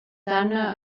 anna